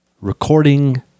Recording